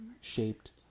shaped